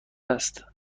است